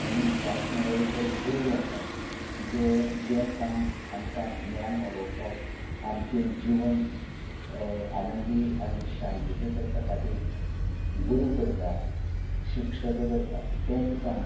आनी वाचन हो एक बरो गुरू आसा जोय जें काम आमकां गिन्यान वाडोवपाक आमचें जिवन आनंदी आनी शांतीचें करपा खातीर गुरू करता शिक्षक करता तेंच काम